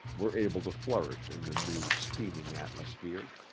were able to flourish in the new, steaming atmosphere.